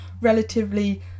relatively